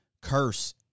Curse